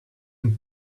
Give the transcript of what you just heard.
and